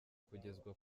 kugezwa